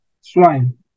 swine